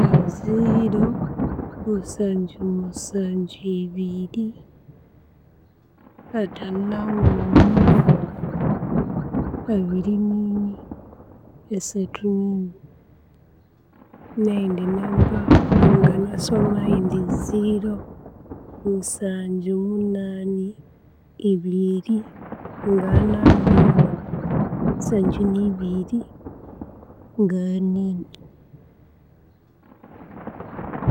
Ziro musanju musanju ebiiri ataano na nguuma abiiri nini asathu Neyindi namba nangana sooma yuuu ni ziro musanju munani ebiiri ngagha na nguuma nsanju nibiiri ngagha niini.